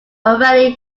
already